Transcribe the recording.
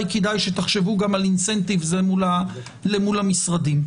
כדאי שתחשבו גם על תמריץ אל מול המשרדים.